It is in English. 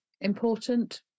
important